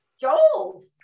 joel's